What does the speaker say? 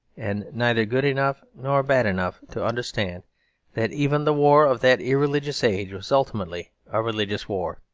and neither good enough nor bad enough to understand that even the war of that irreligious age was ultimately a religious war.